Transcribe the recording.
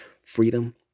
freedom